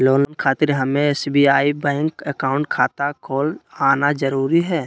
Loan खातिर हमें SBI bank account खाता खोल आना जरूरी है?